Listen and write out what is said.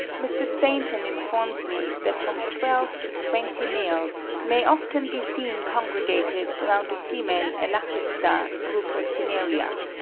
mr. stainton informs me that from twelve to twenty males, may often be seen congregated round a female elachista rufocinerea.